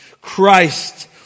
Christ